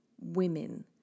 women